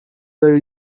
were